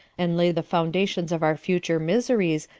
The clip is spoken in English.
and laid the foundations of our future miseries,